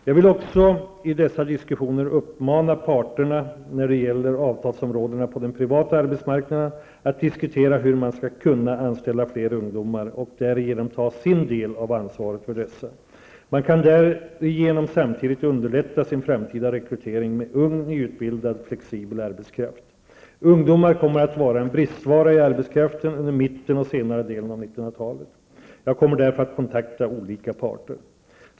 Jag vill också i dessa diskussioner uppmana parterna, när det gäller avtalsområdena på den privata arbetsmarknaden, att diskutera hur man skall kunna anställa fler ungdomar och därigenom ta sin del av ansvaret för dessa. Man kan därigenom samtidigt underlätta sin framtida rekrytering av ung nyutbildad, flexibel arbetskraft. Ungdomar kommer att vara en bristvara i arbetskraften under mitten och senare delen av 1990-talet. Jag kommer därför att kontakta olika parter.